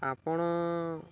ଆପଣ